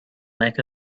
make